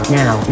now